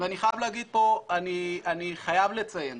אני חייב לציין,